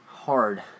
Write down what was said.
Hard